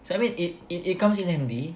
so I mean it it it comes in handy